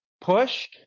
Push